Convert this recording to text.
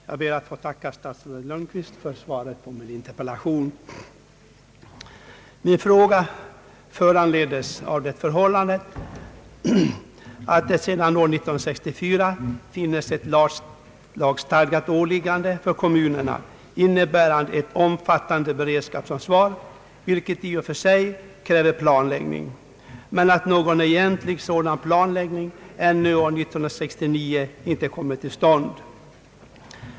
Herr talman! Jag ber att få tacka statsrådet Lundkvist för svaret på min interpellation. Min fråga föranleddes av det förhållandet att det sedan år 1964 finns ett lagstadgat åliggande för kommunerna, innebärande ett omfattande beredskapsansvar, vilket i och för sig kräver planläggning, men att någon egentlig sådan planläggning ännu år 1969 inte kommit till stånd.